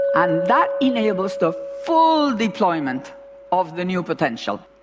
and that enables the full deployment of the new potential.